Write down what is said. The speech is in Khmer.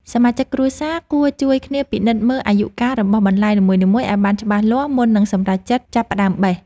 សមាជិកគ្រួសារគួរជួយគ្នាពិនិត្យមើលអាយុកាលរបស់បន្លែនីមួយៗឱ្យបានច្បាស់លាស់មុននឹងសម្រេចចិត្តចាប់ផ្តើមបេះ។